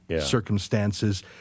circumstances